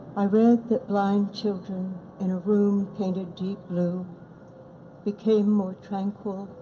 i read that blind children in a room painted deep blue became more tranquil,